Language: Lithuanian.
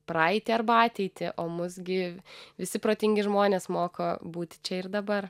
praeitį arba ateitį o mus gi visi protingi žmonės moko būti čia ir dabar